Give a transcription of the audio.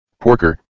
Porker